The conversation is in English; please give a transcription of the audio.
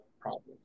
problems